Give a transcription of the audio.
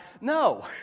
No